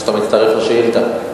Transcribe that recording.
אתה מצטרף לשאילתא?